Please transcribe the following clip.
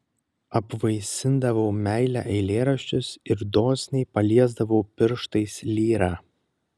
apvaisindavau meile eilėraščius ir dosniai paliesdavau pirštais lyrą